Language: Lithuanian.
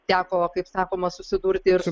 teko kaip sakoma susidurti ir su